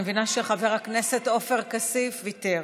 אני מבינה שחבר הכנסת עופר כסיף ויתר.